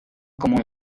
como